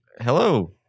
Hello